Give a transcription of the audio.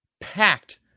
packed